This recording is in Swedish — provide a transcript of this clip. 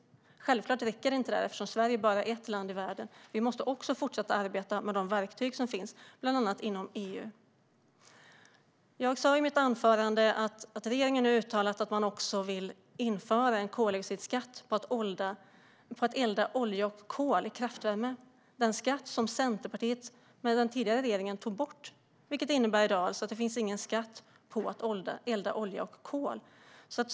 Självklart räcker det inte eftersom Sverige bara är ett land i världen. Vi måste fortsätta arbeta med de verktyg som finns bland annat inom EU. Jag sa i mitt anförande att regeringen nu uttalat att man också vill införa en koldioxidskatt på att elda olja och kol i kraftvärme - den skatt som Centerpartiet och den tidigare regeringen tog bort. Det finns i dag alltså ingen skatt på att elda olja och kol.